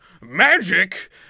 magic